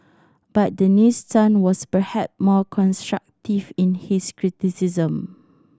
but Dennis Tan was perhap more constructive in his criticism